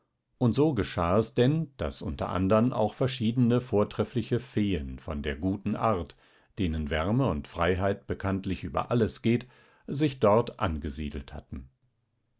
und so geschah es denn daß unter andern auch verschiedene vortreffliche feen von der guten art denen wärme und freiheit bekanntlich über alles geht sich dort angesiedelt hatten